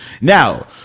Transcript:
Now